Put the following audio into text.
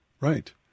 Right